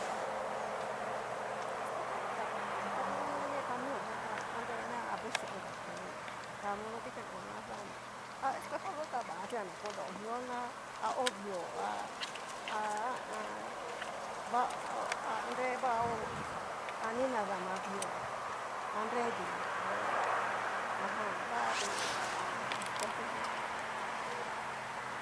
Espejo xo ta va na ta ngu ni ne camion yó ta nrena a vexhí inkatón, ta modo dikuan nguan a yana, espejo yo ta vatua na konreo mio na a ovio, ha ha a an. va ho a nrevaho ani nadama vio, a nre dinio yó, najan va tu ha a an espejo yó.